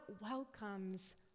welcomes